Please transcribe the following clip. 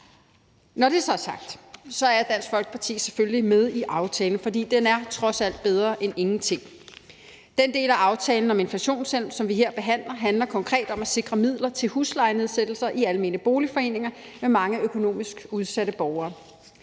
Når det så er sagt, er Dansk Folkeparti selvfølgelig med i aftalen, fordi den trods alt er bedre end ingenting. Den del af aftalen om inflationshjælp, som vi her behandler, handler konkret om at sikre midler til huslejenedsættelser i almene boligforeninger med mange økonomisk udsatte borgere.